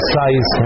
size